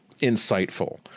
insightful